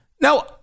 Now